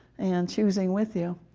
and choosing with you.